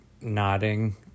nodding